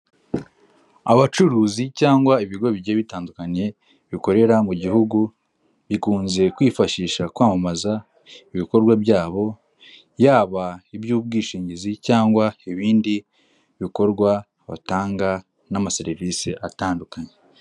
Abacuruzi cyangwa ibigo bigiye bitandukanye bikorera mu gihugu, bikunze kwifashisha kwamamaza ibikorwa byabo yaba iby'ubwishingizi, cyangwa ibindi bikorwa batanga n'amaserivisi atandukanye.